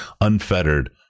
unfettered